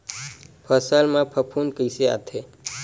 फसल मा फफूंद कइसे आथे?